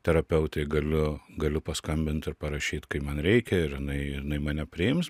terapeutei galiu galiu paskambint ir parašyt kai man reikia ir jinai jinai mane priims